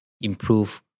improve